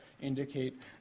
indicate